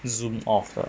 zoom off